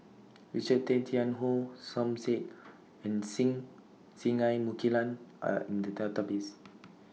Richard Tay Tian Hoe Som Said and Singai Mukilan Are in The Database